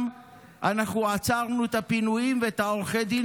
אנחנו גם עצרנו את הפינויים ואת עורכי הדין